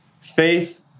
Faith